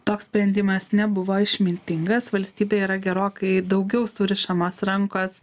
toks sprendimas nebuvo išmintingas valstybei yra gerokai daugiau surišamos rankos